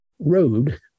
road